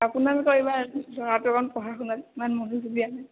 আপোনালোকৰ এইবাৰ ল'ৰাটো পঢ়া শুনাত ইমান মনোযোগ দিয়া নাই